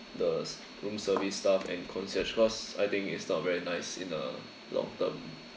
the room service staff and concierge cause I think it's not very nice in a long term